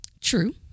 True